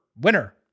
winner